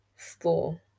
store